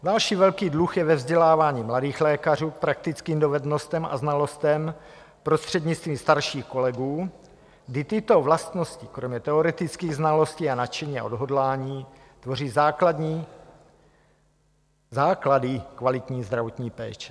Další velký dluh je ve vzdělávání mladých lékařů k praktickým dovednostem a znalostem prostřednictvím starších kolegů, kdy tyto vlastnosti kromě teoretických znalostí a nadšení a odhodlání tvoří základy kvalitní zdravotní péče.